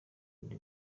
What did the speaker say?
ndi